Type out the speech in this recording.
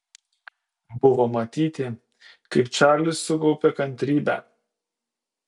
buvo matyti kaip čarlis sukaupia kantrybę